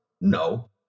No